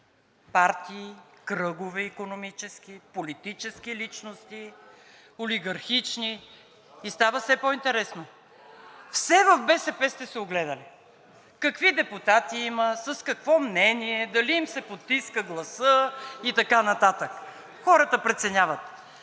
партии, икономически кръгове, политически личности, олигархични. И става все по-интересно. Все в БСП сте се огледали – какви депутати има, с какво мнение са, дали им се потиска гласът и така нататък. Хората преценяват